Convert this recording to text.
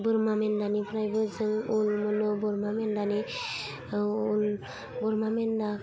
बोरमा मेन्दानिफ्रायबो जों उल मोनो बोरमा मेन्दानि औ उल बोरमा मेन्दा